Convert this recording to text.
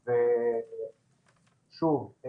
שוב,